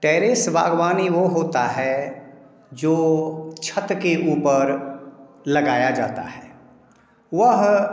terrace बागवानी वो होता है जो छत के ऊपर लगाया जाता है वह